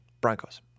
Broncos